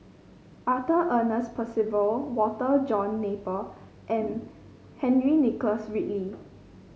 Arthur Ernest Percival Walter John Napier and Henry Nicholas Ridley